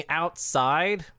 outside